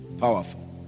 powerful